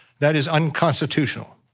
that is unconstitutional.